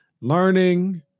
learning